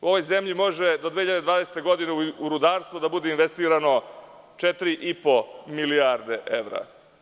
U ovoj zemlji može, do 2020. godine, u rudarstvu da bude investirano četiri i po milijarde evra.